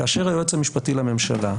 כאשר היועץ המשפטי לממשלה,